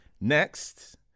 next